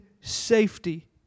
safety